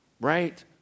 right